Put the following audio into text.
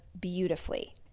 beautifully